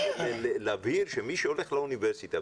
להבהיר שמי שהולך לאוניברסיטה,